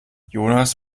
jonas